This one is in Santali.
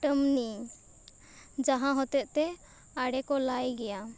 ᱴᱟᱹᱢᱱᱤ ᱡᱟᱦᱟᱸ ᱦᱚᱛᱮᱫ ᱛᱮ ᱟᱲᱮ ᱠᱚ ᱞᱟᱭᱜᱮᱭᱟ